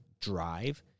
drive